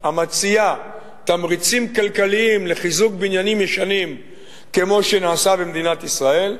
המציעה תמריצים כלכליים לחיזוק בניינים ישנים כמו שנעשה במדינת ישראל,